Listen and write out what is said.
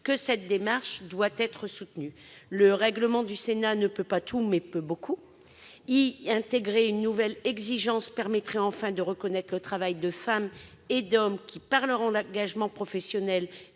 du Sénat, en 2009 ? Le règlement du Sénat ne peut pas tout, mais il peut beaucoup. Y intégrer une telle exigence permettrait, enfin, de reconnaître le travail de femmes et d'hommes qui, par leur engagement professionnel